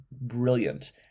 brilliant